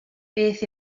beth